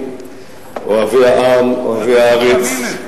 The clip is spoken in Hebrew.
אוהבי העם, אוהבי הארץ,